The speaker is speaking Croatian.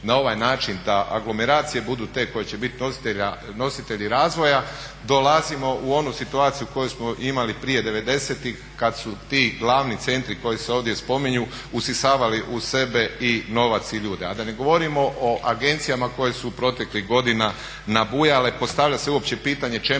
na ovaj način da anglomeracije budu te koje će biti nositelji razvoja dolazimo u onu situaciju koju smo imali prije devedesetih kad su ti glavni centri koji se ovdje spominju usisavali u sebe i novac i ljude. A da ne govorimo o agencijama koje su proteklih godina nabujale. Postavlja se uopće pitanje čemu